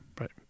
Right